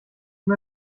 mir